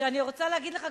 אני רוצה להגיד לך,